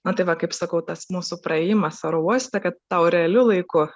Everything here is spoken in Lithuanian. nu tai va kaip sakau tas mūsų praėjimas aerouoste kad tau realiu laiku